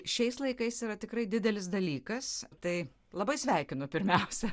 šiais laikais yra tikrai didelis dalykas tai labai sveikinu pirmiausia